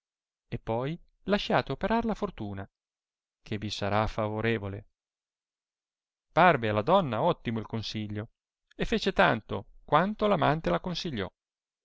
e poi lasciate operar la fortuna che vi sarà favorevole parve alla donna ottimo il consiglio e fece tanto quanto l'amante la consigliò